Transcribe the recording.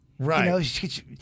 Right